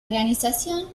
organización